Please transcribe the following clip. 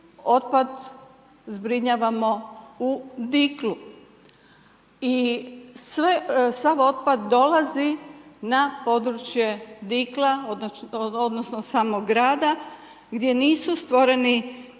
otpad zbrinjavamo u Diklu. I sav otpad dolazi na područje Dikla, odnosno, samo grada, gdje nisu stvoreni